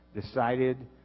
decided